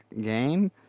game